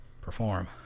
perform